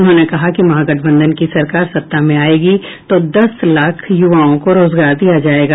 उन्होंने कहा कि महागठबंधन की सरकार सत्ता में आयेगी तो दस लाख युवाओं को रोजगार दिया जायेगा